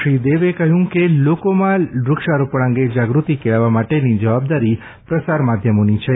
શ્રી દેવે કહ્યું કે લોકોમાં વૃક્ષારોપણ અંગે જાગૃતિ કેળવવા માટેની જવાબદારી પ્રસાર માધ્યમોની પણ છે